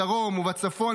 בדרום ובצפון,